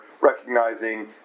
recognizing